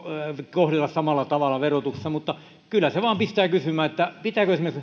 kohdella samalla tavalla verotuksessa mutta kyllä se vain pistää kysymään pitääkö